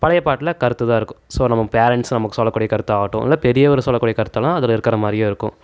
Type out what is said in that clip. பழையப் பாட்டில் கருத்துதான் இருக்கும் ஸோ நம்ம பேரண்ட்ஸ் நமக்கு சொல்லக்கூடிய கருத்து ஆகட்டும் இல்லை பெரியவர் சொல்லக்கூடிய கருத்தெலாம் அதில் இருக்கிற மாதிரியே இருக்கும்